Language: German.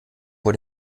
vor